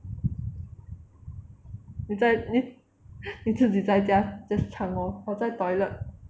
你在你自己在家 just 唱 lor or 在 toilet